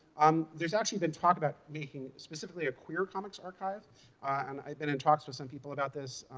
um there's actually been talk about making specifically a queer comics archive, and i've been in talks with some people about this.